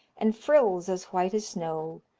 and frills as white as snow,